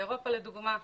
באירופה לדוגמה,